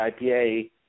IPA